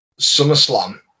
SummerSlam